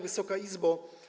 Wysoka Izbo!